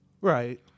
Right